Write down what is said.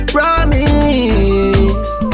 Promise